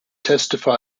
testify